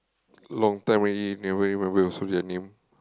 long time already never remember also their name